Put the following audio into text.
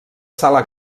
sala